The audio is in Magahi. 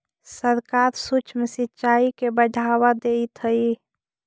सरकार सूक्ष्म सिंचाई के बढ़ावा देइत हइ